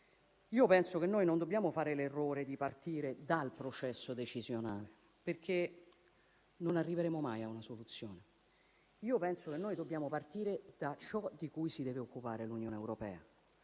penso che non dobbiamo fare l'errore di partire dal processo decisionale, altrimenti non arriveremmo mai a una soluzione; io penso che dobbiamo partire da ciò di cui si deve occupare l'Unione europea.